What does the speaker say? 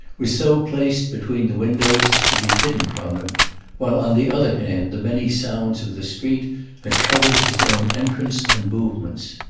was so placed between the windows as to be hidden from him while on the other hand the many sounds of the street had covered his own entrance and movements.